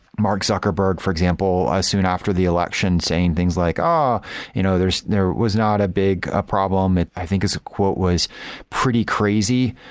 mark zuckerberg, for example, as soon after the election, saying things like, ah you know there was not a big ah problem it. i think his quote was pretty crazy,